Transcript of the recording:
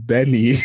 Benny